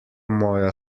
moja